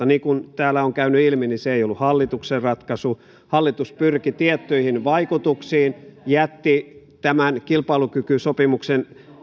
niin kuin täällä on käynyt ilmi se ei ollut hallituksen ratkaisu hallitus pyrki tiettyihin vaikutuksiin jätti tämän kilpailukykysopimuksen